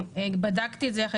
שהתנאים שלהם באמת שחוקים.